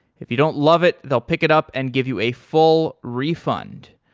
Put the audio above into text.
if you don't love it, they'll pick it up and give you a full refund.